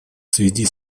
связи